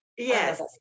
Yes